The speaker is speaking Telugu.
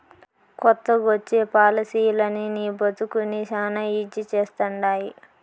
కొత్తగొచ్చే పాలసీలనీ నీ బతుకుని శానా ఈజీ చేస్తండాయి